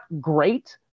great